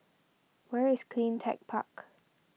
where is Clean Tech Park